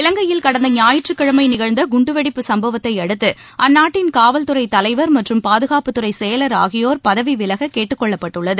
இலங்கையில் கடந்த ஞாயிற்றுக்கிழமை நிகழ்ந்த குண்டுவெடிப்புச் சம்பவத்தை அடுத்து அந்நாட்டின் காவல்துறை தலைவர் மற்றும் பாதுகாப்புத்துறை செயலர் ஆகியோர் பதவிவிலக கேட்டுக் கொள்ளப்பட்டுள்ளது